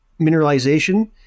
mineralization